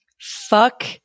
Fuck